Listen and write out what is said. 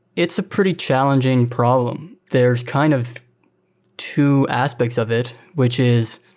it's a pretty challenging problem. there're kind of two aspects of it, which is